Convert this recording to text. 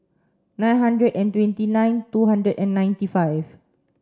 nine hundred and twenty nine two hundred and ninety five